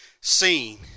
seen